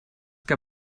que